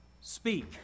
Speak